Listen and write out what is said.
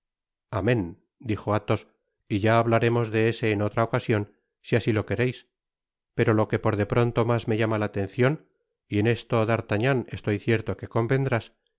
amen dijo athos y ya hablaremos de ese en otra ocasion si asi lo quereis pero lo que por de pronto mas me llamaba la atencion y en esto d'artagnan estoy cierto que convendrás